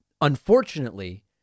Unfortunately